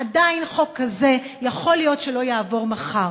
עדיין חוק כזה יכול להיות שלא יעבור מחר?